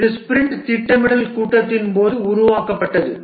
இது ஸ்பிரிண்ட் திட்டமிடல் கூட்டத்தின் போது உருவாக்கப்பட்டது